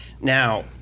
Now